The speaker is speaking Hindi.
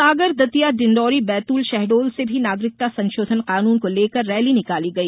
सागर दतिया डिण्डोरी बैतूल शहडोल मे भी नागरिकता संशोधन कानून को लेकर रैली निकाली गई